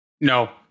No